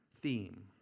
theme